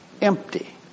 empty